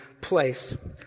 place